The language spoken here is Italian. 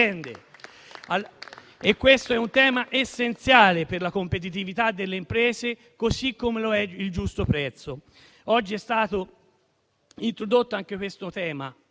Questo è un tema essenziale per la competitività delle imprese, così come lo è il giusto prezzo. Oggi è stato introdotto anche il suddetto tema